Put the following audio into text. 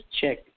Check